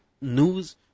news